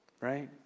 Right